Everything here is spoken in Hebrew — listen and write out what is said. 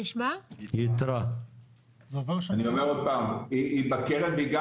אני אומר עוד פעם, היא גם